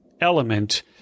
element